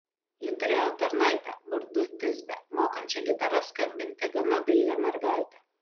ji turėjo tarnaitę vardu tisbę mokančią gitara skambinti gana dailią mergaitę